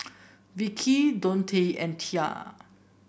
Vicki Dontae and Tia